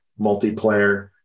multiplayer